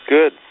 Good